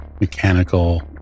mechanical